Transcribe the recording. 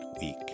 week